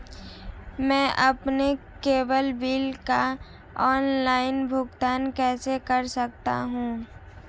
मैं अपने cable bill का ऑनलाइन भुगतान कैसे कर सकता हूं?